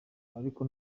ariko